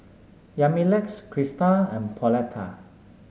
Yamilex Christa and Pauletta